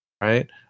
Right